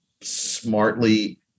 smartly